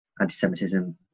anti-Semitism